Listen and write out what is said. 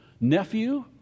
nephew